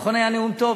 נכון היה נאום טוב?